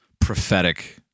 prophetic